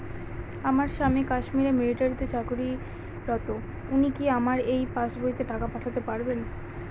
আমার স্বামী কাশ্মীরে মিলিটারিতে চাকুরিরত উনি কি আমার এই পাসবইতে টাকা পাঠাতে পারবেন?